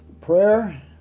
prayer